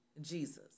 Jesus